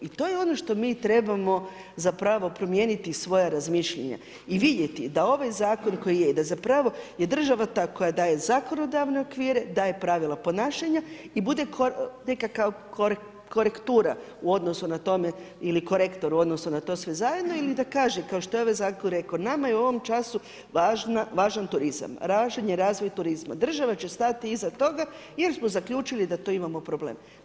I to je ono što mi trebamo promijeniti i svoja razmišljanja i vidjeti da ovaj zakon koji je da je država ta koja daje zakonodavne okvire, daje pravila ponašanja i bude neka korektura u odnosu na tome ili korektor u odnosu na to sve zajedno ili da kaže kao što je ovaj zakon rekao, nama je u ovom času važan turizam, … razvoj turizma, država će stati iza toga jer smo zaključili da tu imamo problem.